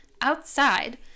outside